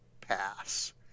pass